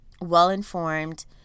well-informed